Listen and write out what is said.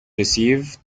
receive